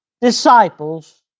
disciples